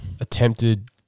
Attempted